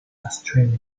australia